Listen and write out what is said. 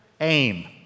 aim